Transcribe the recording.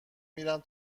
میرم